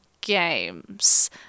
games